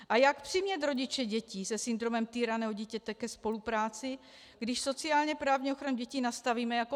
A jak přimět rodiče dětí se syndromem týraného dítěte ke spolupráci, když sociálněprávní ochranu dětí nastavíme jako službu?